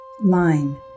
line